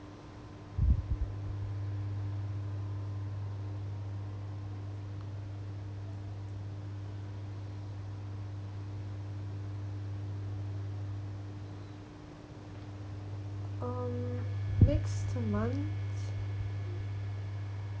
um next month